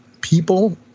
people